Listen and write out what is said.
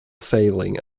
failing